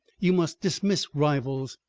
you must dismiss rivals.